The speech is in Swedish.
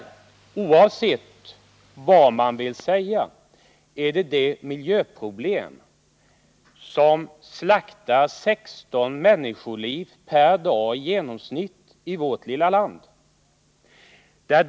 Oavsett vad som sägs är detta ett miljöproblem som i genomsnitt slaktar 16 människoliv per dag i vårt lilla land.